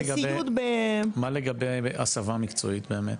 מה לגבי הסבה מקצועית באמת?